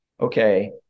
okay